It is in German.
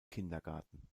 kindergarten